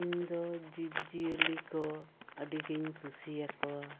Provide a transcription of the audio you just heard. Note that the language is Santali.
ᱤᱧ ᱫᱚ ᱡᱤᱵᱽᱡᱤᱭᱟᱹᱞᱤ ᱠᱚ ᱟᱹᱰᱤ ᱜᱮᱧ ᱠᱩᱥᱤᱭᱟᱠᱚᱣᱟ